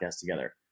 together